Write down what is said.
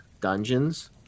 dungeons